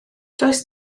does